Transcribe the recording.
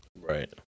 Right